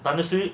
partnership